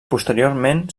posteriorment